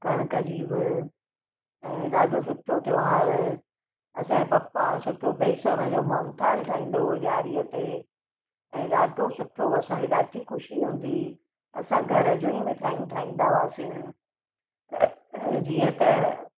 कणक जी ब ऐं ॾाढो सुठो त्योहारु असांजे पप्पा सुठो बेसण जो मोहनथाल ठाहींदो हुओ ॾियारीअ ते ऐं ॾाढो सुठो असांखे ॾाढी ख़ुशी हूंदी हुई असां घर जो ई मिठाइयूं ठाहींदा हुआसीं जीअं त